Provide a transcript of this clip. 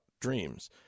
dreams